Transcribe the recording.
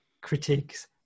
critiques